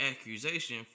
accusation